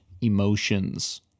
emotions